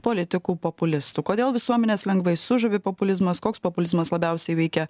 politikų populistų kodėl visuomenes lengvai sužavi populizmas koks populizmas labiausiai veikia